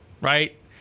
right